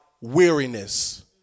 weariness